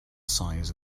size